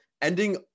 Ending